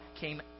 came